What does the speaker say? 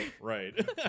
Right